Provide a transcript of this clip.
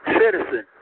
citizen